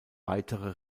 weitere